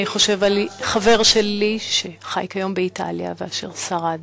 אני חושב על חבר שלי, שחי כיום באיטליה, ואשר שרד